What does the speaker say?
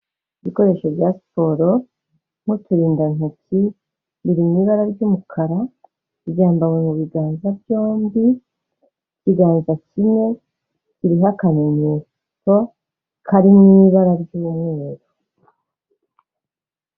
Ibikoresho bya siporo nk'uturindantoki biri mu ibara ry'umukara, ryambawe mu biganza byombi ikiganza kimwe kiriho akamenyetso kari mu ibara ry'umweru.